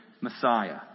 Messiah